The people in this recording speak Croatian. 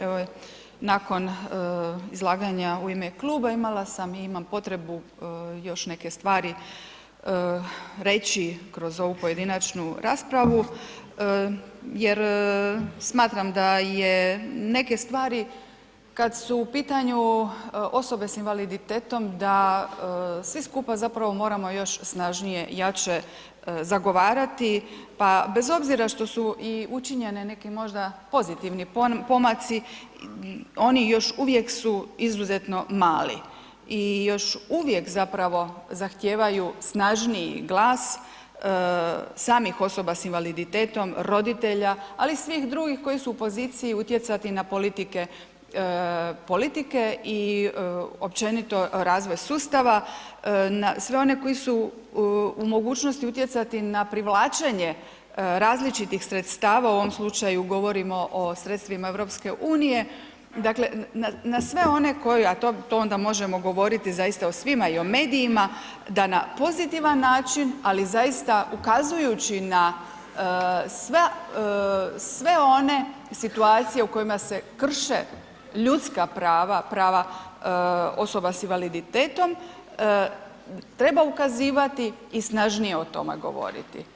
Evo nakon izlaganja u ime kluba, imala sam i imam potrebu još neke stvari reći kroz ovu pojedinačnu raspravu jer smatram da je neke stvari kad su u pitanju osobe sa invaliditetom da svi skupa zapravo moramo još snažnije i jače zagovarati pa bez obzira što su i učinjeni neki možda pozitivni pomaci, oni još uvijek su izuzetno mali i još uvijek zapravo zahtijevaju snažniji glas samih osoba sa invaliditetom, roditelja ali i sivih drugih koji su u poziciji utjecati na politike i općenito razvoj sustava na sve one koji su u mogućnosti utjecati na privlačenje različitih sredstava, u ovom slučaju govorimo o sredstvima EU-a, dakle na sve one koji a to onda možemo govoriti zaista o svima i o medijima, da na pozitivan način ali zaista ukazujući na sve one situacija u kojima se krše ljudska prava, prava osoba sa invaliditetom, treba ukazivati i snažnije o tome govoriti.